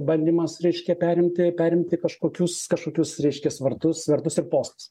bandymas reiškia perimti perimti kažkokius kažkokius reiškias vartus vartus ir postus